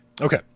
okay